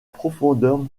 profondeur